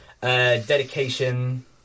Dedication